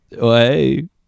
Hey